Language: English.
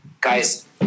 guys